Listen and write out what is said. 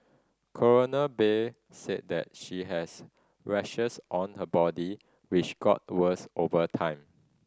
Coroner Bay said that she has rashes on her body which got worse over time